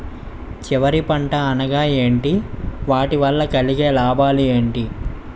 చివరి పంట అనగా ఏంటి వాటి వల్ల కలిగే లాభాలు ఏంటి